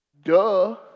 Duh